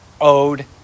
owed